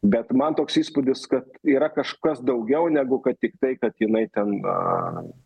bet man toks įspūdis kad yra kažkas daugiau negu kad tik tai kad jinai ten